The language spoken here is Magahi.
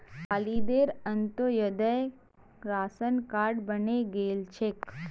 खालिदेर अंत्योदय राशन कार्ड बने गेल छेक